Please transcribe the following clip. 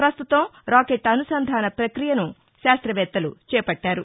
పస్తుతం రాకెట్ అనుసంధాన ప్రక్రియను శాస్తవేత్తలు చేపట్టారు